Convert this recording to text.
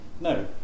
No